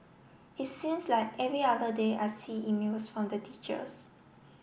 it seems like every other day I see emails from the teachers